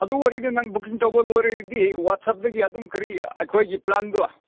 ꯑꯗꯨ ꯑꯣꯏꯔꯗꯤ ꯅꯪ ꯕꯨꯛꯀꯤꯡ ꯇꯧꯕ ꯂꯣꯏꯔꯗꯤ ꯋꯥꯆꯦꯞꯇꯒꯤ ꯑꯗꯨꯝ ꯀꯔꯤ ꯑꯩꯈꯣꯏꯒꯤ ꯄ꯭ꯂꯥꯟꯗꯨ